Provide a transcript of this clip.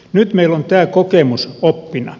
nyt meillä on tämä kokemus oppina